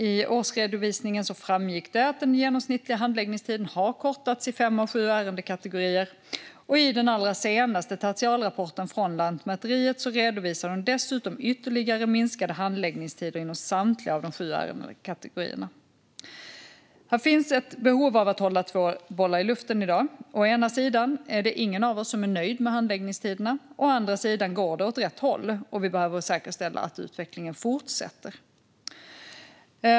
I årsredovisningen framgick att den genomsnittliga handläggningstiden har kortats i fem av sju ärendekategorier, och i den allra senaste tertialrapporten från Lantmäteriet redovisar de dessutom ytterligare minskade handläggningstider inom samtliga av de sju ärendekategorierna. Här finns i dag ett behov av att hålla två bollar i luften. Å ena sidan är det ingen av oss som är nöjd med handläggningstiderna. Å andra sidan går det åt rätt håll, och vi behöver säkerställa att utvecklingen fortsätter.